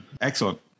Excellent